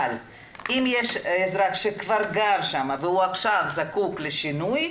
אבל אם יש אזרח שכבר גר שם והוא עכשיו זקוק לשינוי,